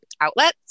outlets